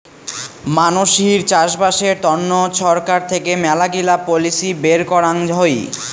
মানসির চাষবাসের তন্ন ছরকার থেকে মেলাগিলা পলিসি বের করাং হই